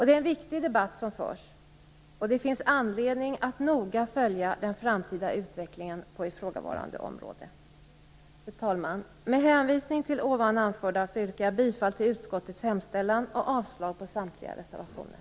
Det är en viktig debatt som förs, och det finns anledning att noga följa den framtida utvecklingen på det här området. Fru talman! Med hänvisning till det anförda yrkar jag bifall till utskottets hemställan och avslag på samtliga reservationer.